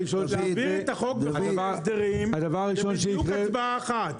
להביא את החוק לחוק ההסדרים זו בדיוק הצבעה אחת.